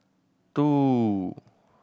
two